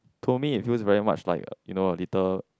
to me it feel very much like you know a little